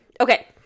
okay